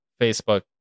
Facebook